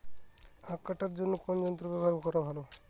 আঁখ কাটার জন্য কোন যন্ত্র ব্যাবহার করা ভালো?